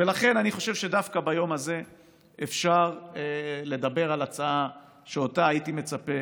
ולכן אני חושב שדווקא ביום הזה אפשר לדבר על הצעה שאותה הייתי מצפה